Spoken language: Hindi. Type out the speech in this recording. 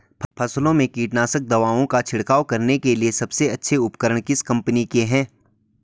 फसलों में कीटनाशक दवाओं का छिड़काव करने के लिए सबसे अच्छे उपकरण किस कंपनी के हैं?